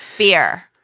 Beer